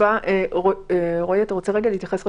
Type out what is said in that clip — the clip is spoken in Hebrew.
רועי, תרצה להתייחס?